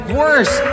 worse